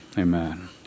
Amen